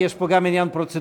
כי יש כאן גם עניין פרוצדורלי,